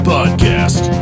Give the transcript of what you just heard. Podcast